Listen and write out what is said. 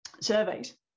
surveys